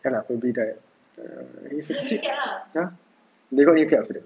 ya lah furby died err it's a cute they got new cats after that